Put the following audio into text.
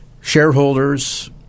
shareholders